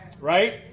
Right